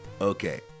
Okay